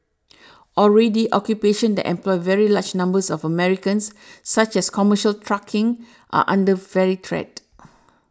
already occupations that employ very large numbers of Americans such as commercial trucking are under fairly threat